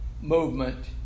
movement